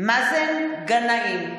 מאזן גנאים,